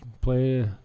play